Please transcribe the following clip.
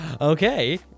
Okay